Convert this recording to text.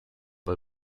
bei